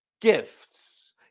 gifts